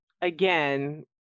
Again